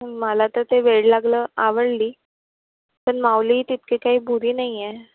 मला तर ते वेड लागलं आवडली पण माऊली तितकी काही बुरी नाही आहे